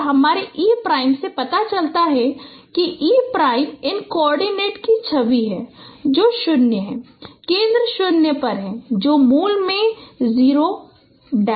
और हमारे e prime से पता चलता है e प्राइम इन कोआर्डिनेट की छवि है जो 0 है केंद्र 0 पर है जो मूल में 00 पर है